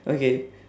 okay